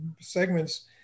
segments